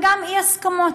וגם אי-הסכמות.